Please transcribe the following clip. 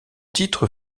titre